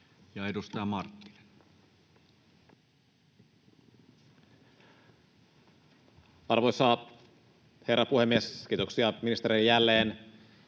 edustaja Marttinen. Arvoisa herra puhemies! Kiitoksia ministerille